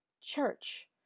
church